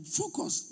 focus